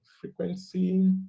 Frequency